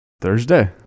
Thursday